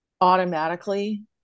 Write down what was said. automatically